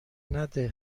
نده